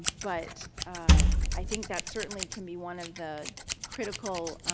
but i think that certainly can be one of the critical,